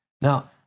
Now